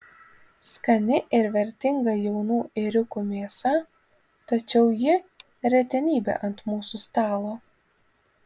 skani ir vertinga jaunų ėriukų mėsa tačiau ji retenybė ant mūsų stalo